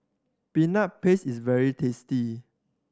Peanut Paste is very tasty